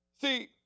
See